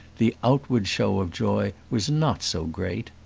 the outward show of joy was not so great.